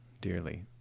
dearly